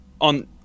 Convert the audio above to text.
on